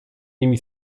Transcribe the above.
nimi